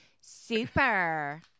Super